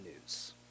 news